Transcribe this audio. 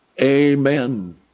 Amen